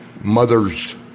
mother's